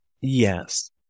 Yes